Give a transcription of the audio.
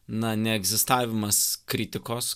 na neegzistavimas kritikos